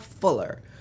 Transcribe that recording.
Fuller